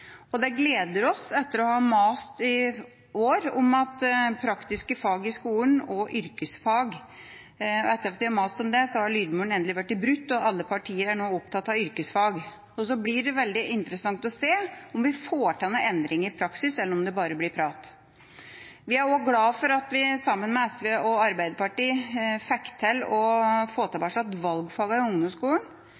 skoleløpet. Det gleder oss, etter å ha mast i år om praktiske fag i skolen og yrkesfag, at lydmuren endelig har blitt brutt, og alle partier er nå opptatt av yrkesfag. Det blir veldig interessant å se om vi får til noen endringer i praksis, eller om det bare blir prat. Vi er også glad for at vi, sammen med SV og Arbeiderpartiet, fikk til å få tilbake valgfagene i ungdomsskolen.